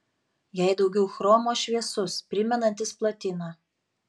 jei daugiau chromo šviesus primenantis platiną